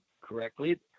correctly